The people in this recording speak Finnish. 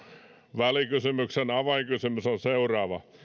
välikysymyksen avainkysymys on seuraava